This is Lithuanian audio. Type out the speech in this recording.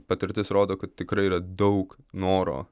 patirtis rodo kad tikrai yra daug noro